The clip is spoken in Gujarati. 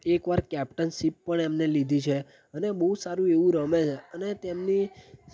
એક વાર કેપ્ટનસીપ પણ એમને લીધી છે અને બહુ સારું એવું રમે છે અને તેમની